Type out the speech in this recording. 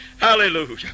Hallelujah